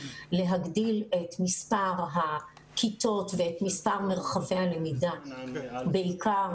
להגדיל את מספר הכיתות ואת מספר מרחבי הלמידה בעיקר